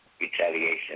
Retaliation